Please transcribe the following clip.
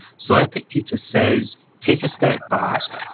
so, epictetus says take a step back,